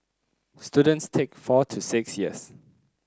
students take four to six years